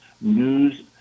news